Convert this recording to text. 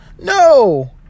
No